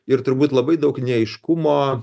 ir turbūt labai daug neaiškumo